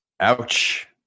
Ouch